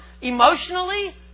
emotionally